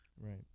Right